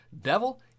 devil